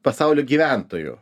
pasaulio gyventojų